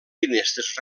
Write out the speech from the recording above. finestres